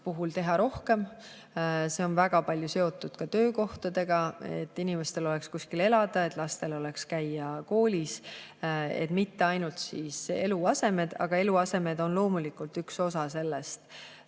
puhul teha rohkem. See on väga palju seotud ka töökohtadega, et inimestel oleks kusagil elada, et lastel oleks [võimalik] käia koolis. Mitte ainult eluasemed, aga eluasemed on loomulikult üks osa sellest